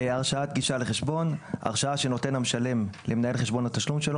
"הרשאת גישה לחשבון הרשאה שנותן המשלם למנהל חשבון התשלום שלו